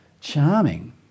Charming